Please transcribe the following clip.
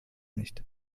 nicht